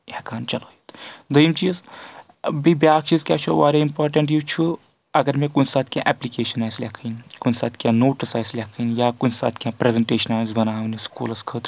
ہٮ۪کان چَلٲوِتھ دٔیِم چیٖز بیٚیہِ بیاکھ چیٖز کیاہ چھُ واریاہ اِمپاٹنٹ یُس چھُ اگر مےٚ کُنہِ ساتہٕ کینٛہہ ایپلِکیشن آسہِ لیکھٕنۍ کُنہِ ساتہٕ کینٛہہ نوٹٕس آسہِ لیکھٕنۍ یا کُنہِ ساتہٕ کینٛہہ پریزنٹیشن آسہِ بَناونہِ سکوٗلَس خٲطرٕ